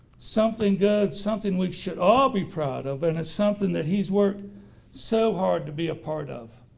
something good, something we should all be proud of, and it's something that he's worked so hard to be a part of.